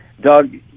Doug